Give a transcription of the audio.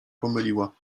pomyliła